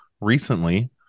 recently